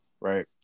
right